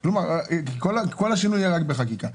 כלומר, כל השינוי יהיה רק בחקיקה.